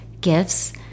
gifts